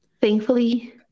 Thankfully